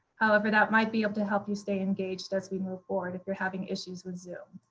however that might be able to help you stay engaged as we move forward if you're having issues with zoom.